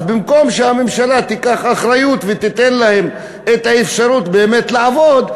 אז במקום שהממשלה תיקח אחריות ותיתן להם את האפשרות באמת לעבוד,